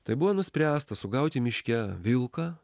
tai buvo nuspręsta sugauti miške vilką